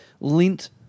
Lint